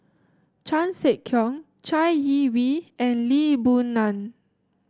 Chan Sek Keong Chai Yee Wei and Lee Boon Ngan